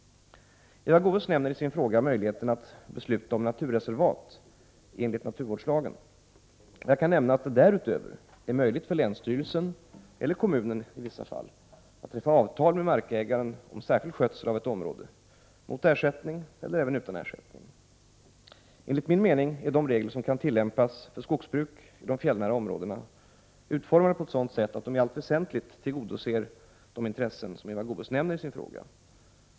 Eva Goés nämner i sin fråga möjligheten att besluta om naturreservat enligt naturvårdslagen. Jag kan nämna att det därutöver är möjligt för länsstyrelsen, eller kommunen i vissa fall, att träffa avtal med markägaren om särskild skötsel av ett område mot ersättning eller utan ersättning. Enligt min mening är de regler som kan tillämpas för skogsbruk i de fjällnära områdena utformade på sådant sätt att de i allt väsentligt tillgodoser de intressen som Eva Goés nämner i sin fråga.